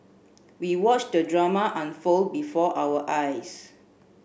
we watched the drama unfold before our eyes